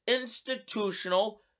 institutional